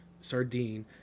sardine